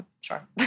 sure